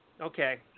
Okay